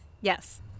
Yes